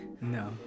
No